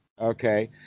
okay